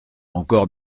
encore